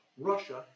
Russia